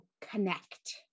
connect